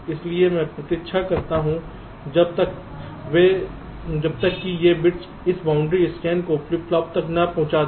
इसलिए मैं प्रतीक्षा करता हूं जब तक कि ये बिट्स इसबाउंड्री स्कैन को फ्लिप फ्लॉप तक न पहुंचा दें